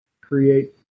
create